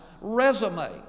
resume